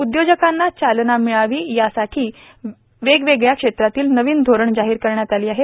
उद्योजकांना चालना मिळावी यासाठी वेग वेगळ्या क्षेत्रातील नवीन धोरण जाहीर करण्यात आली आहेत